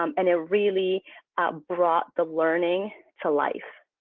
um and it really brought the learning to life.